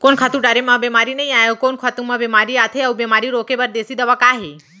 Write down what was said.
कोन खातू डारे म बेमारी नई आये, अऊ कोन खातू म बेमारी आथे अऊ बेमारी रोके बर देसी दवा का हे?